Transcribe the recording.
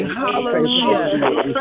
hallelujah